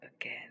again